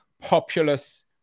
populous